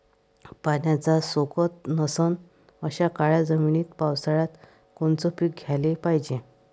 पाण्याचा सोकत नसन अशा काळ्या जमिनीत पावसाळ्यात कोनचं पीक घ्याले पायजे?